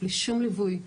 בלי שום ליווי,